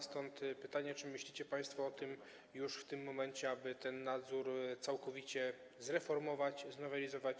Stąd pytanie: Czy myślicie państwo o tym już w tym momencie, aby ten nadzór całkowicie zreformować, znowelizować?